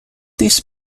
this